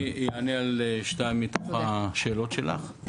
אני אענה על שתיים מתוך השאלות שלך,